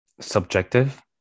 subjective